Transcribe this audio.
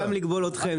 אז גם לכבול אתכם,